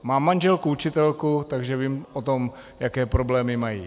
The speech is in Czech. Mám manželku učitelku, takže vím o tom, jaké problémy mají.